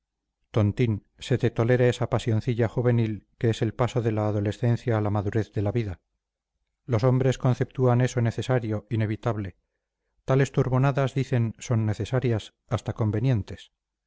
tontín se te tolera esa pasioncilla juvenil que es el paso de la adolescencia a la madurez de la vida los hombres conceptúan eso necesario inevitable tales turbonadas dicen son necesarias hasta convenientes